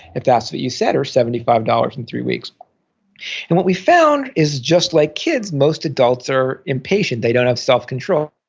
if that what you said, or seventy five dollars in three weeks and what we found is just like kids, most adults are impatient. they don't have self-control.